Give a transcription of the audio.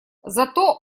зато